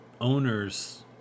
owner's